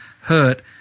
hurt